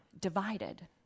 divided